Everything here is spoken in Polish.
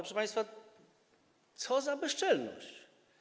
Proszę państwa, co za bezczelność.